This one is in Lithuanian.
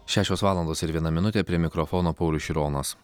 šešios valandos ir viena minutė prie mikrofono paulius šironas